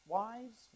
wives